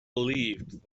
believed